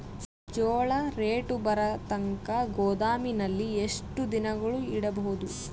ಜೋಳ ರೇಟು ಬರತಂಕ ಗೋದಾಮಿನಲ್ಲಿ ಎಷ್ಟು ದಿನಗಳು ಯಿಡಬಹುದು?